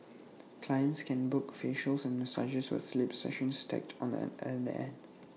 clients can book facials and massages with sleep sessions tacked on at the end